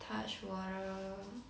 touch water